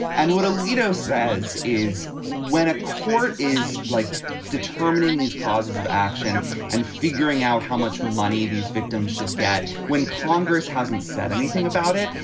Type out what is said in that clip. and what alito says is when a court is like determining these causes of action and figuring out how much money these victims should get when congress hasn't said anything about it,